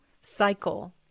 cycle